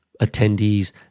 attendees